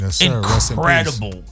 incredible